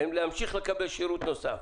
האם להמשיך לקבל שירות נוסף?